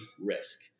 risk